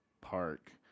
park